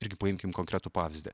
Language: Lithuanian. irgi paimkim konkretų pavyzdį